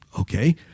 Okay